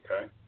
okay